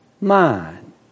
mind